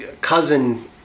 cousin